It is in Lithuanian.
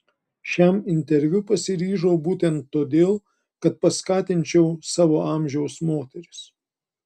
šiam interviu pasiryžau būtent todėl kad paskatinčiau savo amžiaus moteris